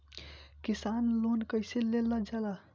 किसान लोन कईसे लेल जाला?